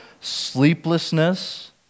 sleeplessness